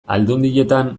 aldundietan